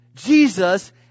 Jesus